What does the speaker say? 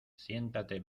siéntate